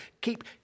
Keep